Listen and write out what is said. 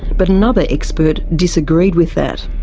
but another expert disagreed with that.